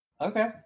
Okay